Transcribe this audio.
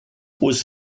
was